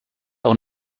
auch